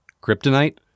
kryptonite